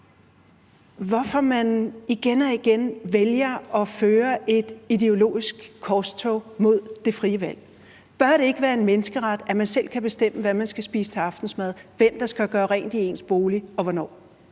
hvorfor man igen og igen vælger at føre et ideologisk korstog mod det frie valg. Bør det ikke være en menneskeret, at man selv kan bestemme, hvad man skal spise til aftensmad, hvem der skal gøre rent i ens bolig og hvornår?